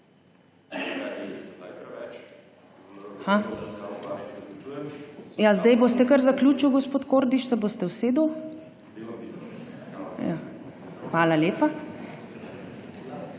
zdaj boste kar zaključili, gospod Kordiš, se boste usedel. Hvala lepa.